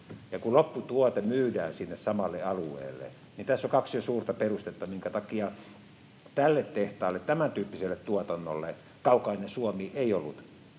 Ja kun lopputuote myydään sinne samalle alueelle, niin tässä on jo kaksi suurta perustetta, minkä takia tälle tehtaalle, tämäntyyppiselle tuotannolle kaukainen Suomi ei ollut